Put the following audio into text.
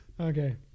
Okay